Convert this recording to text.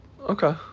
Okay